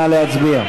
נא להצביע.